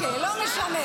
--- אוקיי, לא משנה.